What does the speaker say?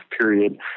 period